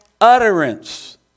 utterance